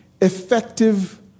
effective